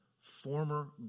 former